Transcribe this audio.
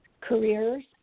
careers